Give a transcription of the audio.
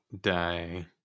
die